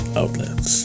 outlets